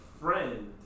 friend